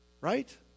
right